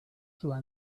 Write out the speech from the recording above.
through